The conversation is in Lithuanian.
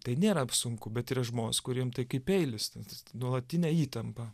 tai nėra sunku bet yra žmonės kuriem tai kaip peilis tas nuolatinė įtampa